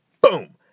Boom